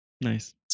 Nice